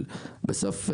בסוף,